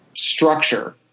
structure